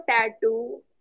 tattoo